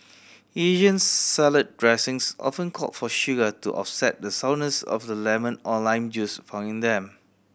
Asian salad dressings often call for sugar to offset the sourness of the lemon or lime juice found in them